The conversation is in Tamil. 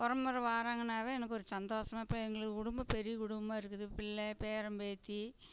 உறவுமொற வாராங்கன்னாலே எனக்கு ஒரு சந்தோசம் இப்போ எங்களுக்கு குடும்பம் பெரிய குடும்பமாக இருக்குது பிள்ளை பேரன் பேத்தி